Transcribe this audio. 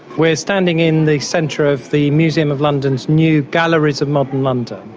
we're standing in the centre of the museum of london's new galleries of modern london.